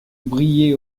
brillait